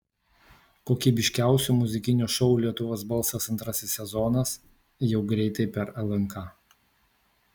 kokybiškiausio muzikinio šou lietuvos balsas antrasis sezonas jau greitai per lnk